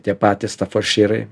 tie patys taforšyrai